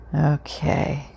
Okay